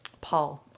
Paul